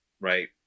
right